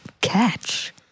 catch